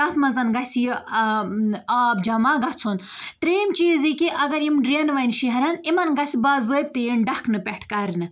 تَتھ منٛز گَژھِ یہِ آب جمع گَژھُن ترٛیٚیِم چیٖز یہِ کہِ اَگر یِم ڈرٛینہٕ وۄنۍ شیہرَن یِمَن گژھِ باضٲبطہٕ یِن ڈَکھنہٕ پٮ۪ٹھ کَرنہٕ